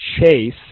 Chase